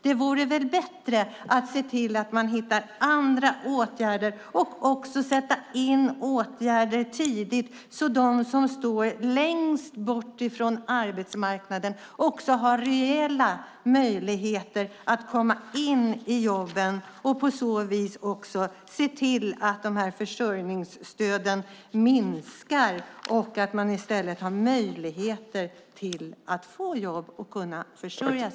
Det vore väl bättre att hitta andra åtgärder och också sätta in åtgärder tidigt så att de som står längst bort från arbetsmarknaden har reella möjligheter att komma in i jobb och egen försörjning. På så vis kan man se till att försörjningsstöden minskar.